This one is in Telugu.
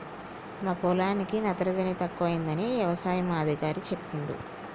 మా పొలానికి నత్రజని తక్కువైందని యవసాయ అధికారి చెప్పిండు